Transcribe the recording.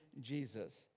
Jesus